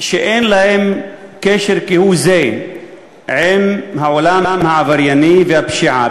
שאין להם קשר כהוא-זה עם העולם העברייני והפשיעה,